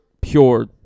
pure